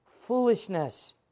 Foolishness